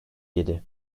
yedi